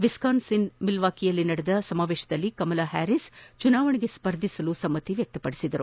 ವಿಸ್ಕಾನ್ಸಿನ್ನ ಮಿಲ್ವಾಕಿಯಲ್ಲಿ ನಡೆದ ಸಮಾವೇತದಲ್ಲಿ ಕಮಲಾ ಹ್ಯಾರಿಸ್ ಚುನಾವಣೆಗೆ ಸ್ವರ್ಧಿಸಲು ಸಮ್ಮತಿ ಸೂಚಿಸಿದ್ದಾರೆ